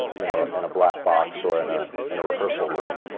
you know, in a black box or in ah and a rehearsal room.